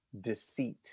deceit